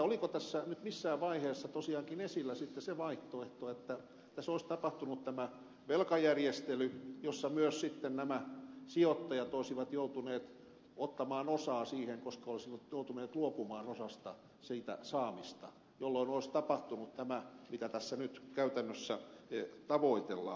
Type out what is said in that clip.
oliko tässä nyt missään vaiheessa tosiaankin esillä se vaihtoehto että tässä olisi tapahtunut velkajärjestely jossa myös nämä sijoittajat olisivat joutuneet ottamaan osaa siihen koska olisivat joutuneet luopumaan osasta sitä saamista jolloin olisi tapahtunut tämä mitä tässä nyt käytännössä tavoitellaan